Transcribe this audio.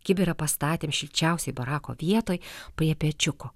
kibirą pastatėm šilčiausioj barako vietoj prie pečiuko